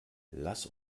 lass